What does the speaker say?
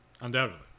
Undoubtedly